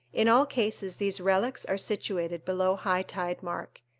in all cases these relics are situated below high-tide mark,